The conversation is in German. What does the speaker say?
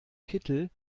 kittel